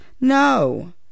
No